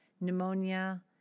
pneumonia